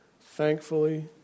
Thankfully